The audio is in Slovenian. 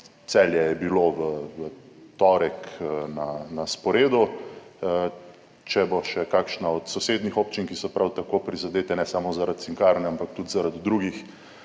Celje je bilo v torek na sporedu; če bo še kakšna od sosednjih občin, ki so prav tako prizadete ne samo zaradi Cinkarne ampak tudi zaradi drugih